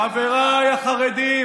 חבריי החרדים,